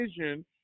vision